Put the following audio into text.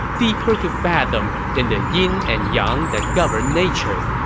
deeper to fathom than the yin and yang that govern nature,